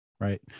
right